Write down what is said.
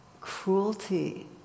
cruelty